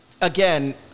Again